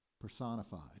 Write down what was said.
personified